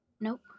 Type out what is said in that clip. Nope